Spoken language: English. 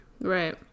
Right